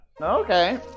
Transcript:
Okay